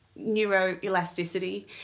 neuroelasticity